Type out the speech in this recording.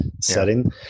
setting